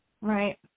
Right